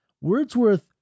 Wordsworth